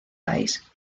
país